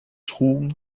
trugen